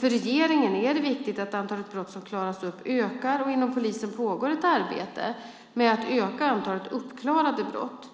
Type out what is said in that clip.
För regeringen är det viktigt att antalet brott som klaras upp ökar, och inom polisen pågår ett arbete med att öka antalet uppklarade brott.